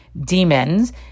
demons